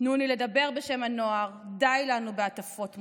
תנו לי לדבר בשם הנוער / די לנו בהטפות מוסר.